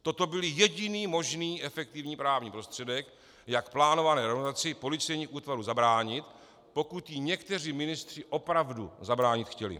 Toto byl jediný možný efektivní právní prostředek, jak plánované reorganizaci policejních útvarů zabránit, pokud jí někteří ministři opravdu zabránit chtěli.